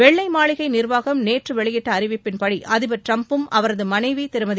வெள்ளை மாளிகை நிர்வாகம் நேற்று வெளியிட்ட அறிவிப்பின்படி அதிபர் ட்ரம்பும் அவரது மனைவி திருமதி